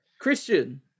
Christian